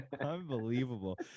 Unbelievable